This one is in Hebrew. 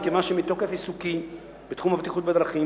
מכיוון שמתוקף עיסוקי בתחום הבטיחות בדרכים